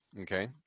Okay